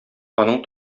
аның